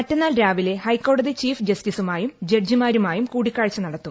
മറ്റെന്നാൾ രാവിലെ ഹൈക്കോടതി ചീഫ് ജസ്റ്റിസുമായും ജഡ്ജിമാരുമായും കൂടിക്കാഴ്ച നടക്കും